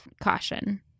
caution